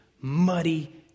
muddy